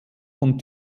von